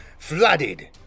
flooded